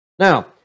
Now